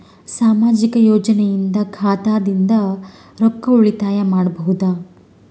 ಸಾಮಾಜಿಕ ಯೋಜನೆಯಿಂದ ಖಾತಾದಿಂದ ರೊಕ್ಕ ಉಳಿತಾಯ ಮಾಡಬಹುದ?